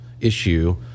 issue